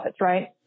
right